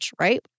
right